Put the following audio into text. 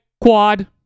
quad